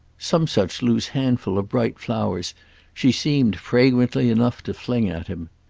some such loose handful of bright flowers she seemed, fragrantly enough, to fling at him.